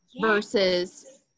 versus